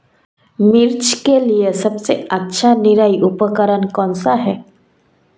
मिर्च के लिए सबसे अच्छा निराई उपकरण कौनसा है?